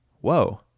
Whoa